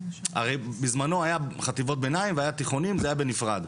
בזמנו היה חטיבות ביניים, והיה תיכונים, בנפרד.